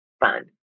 fun